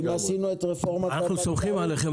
אם עשינו את רפורמת --- אנחנו סומכים עליכם,